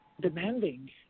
demanding